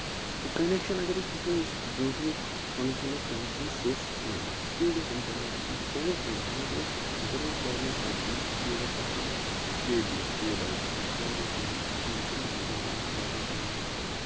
تہٕ کَنیکشن اَگر أسۍ وٕچھو یُس برونٹھِم فَنگشن ٲس کَنیکشنٕچ سُہ اوس کَم سِپیٖڈ یۄس اِنٹرنیٹٕچ ٲسۍ اوس اِنٹرنیٹ اوس مَگر اوس واریاہ کَم تمِچ سِپیٖڈ ٲس آسان کے بیٖز کِلو بایٹٕز منٛز واریاہ کَم ٲس آسان ییٚمہِ سۭتۍ ڈَوُن لوڈِنگ منٛز واریاہ ٹایم اوس لگان